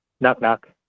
Knock-knock